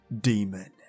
Demon